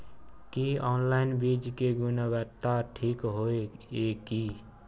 की online बीज के गुणवत्ता ठीक होय ये की?